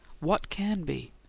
what can be?